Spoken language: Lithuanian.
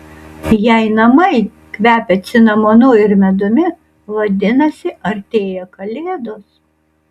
jei namai kvepia cinamonu ir medumi vadinasi artėja kalėdos